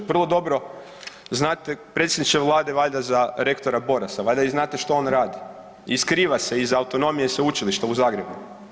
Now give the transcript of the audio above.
Vrlo dobro znate predsjedniče vlade valjda za rektora Borasa, valjda i znate što on radi i skriva se iza autonomije Sveučilišta u Zagrebu.